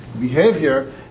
behavior